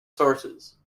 sources